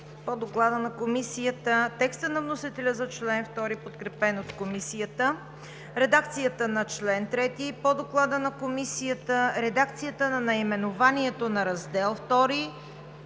по Доклада на Комисията; текста на вносителя за чл. 2, подкрепен от Комисията; редакцията на чл. 3 по Доклада на Комисията; редакцията на наименованието на Раздел II